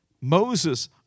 Moses